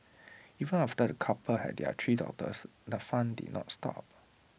even after the couple had their three daughters the fun did not stop